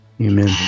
Amen